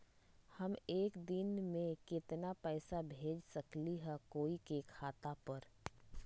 हम एक दिन में केतना पैसा भेज सकली ह कोई के खाता पर?